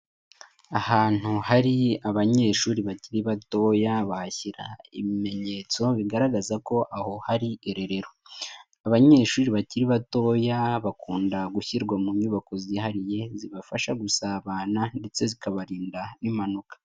Ahantu hari abanyeshuri bakiri batoya bahashyira ibimenyetso bigaragaza ko aho hari irerero. Abanyeshuri bakiri batoya bakunda gushyirwa mu nyubako zihariye zibafasha gusabana ndetse zikabarinda n'impanuka.